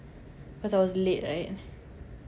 cause I was late right